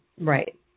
Right